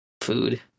food